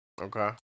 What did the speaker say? Okay